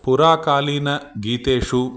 पुरातनकालीन गीतेषु